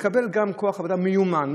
נקבל גם כוח עבודה מיומן,